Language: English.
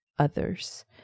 others